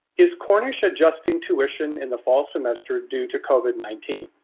is cornish adjusting tuition in the fall semester due to covid nineteen?